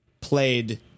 played